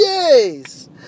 Yes